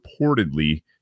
reportedly